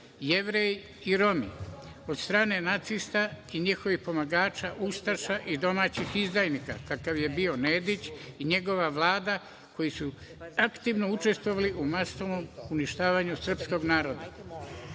Jevreji i Romi od strane nacista i njihovih pomagača ustaša i domaćih izdajnika, kakav je bio Nedić i njegova vlada, koji su aktivno učestvovali u masovnom uništavanju srpskog naroda. Ne